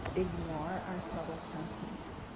ignore our subtle senses.